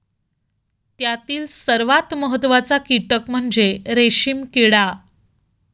त्यातील सर्वात महत्त्वाचा कीटक म्हणजे रेशीम किडा